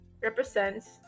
represents